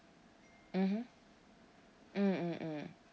mmhmm mm mm mm